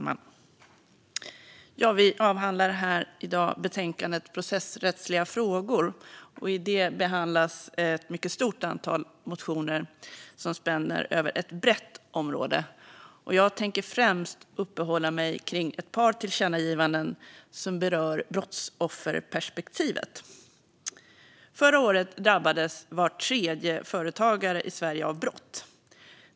Fru talman! Vi avhandlar här i dag betänkandet om processrättsliga frågor, och i det behandlas ett mycket stort antal motioner som spänner över ett brett område. Jag tänker främst uppehålla mig vid ett par tillkännagivanden som berör brottsofferperspektivet. Förra året drabbades var tredje företagare i Sverige av brott.